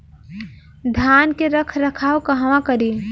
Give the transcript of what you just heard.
धान के रख रखाव कहवा करी?